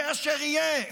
יהיה אשר יהיה,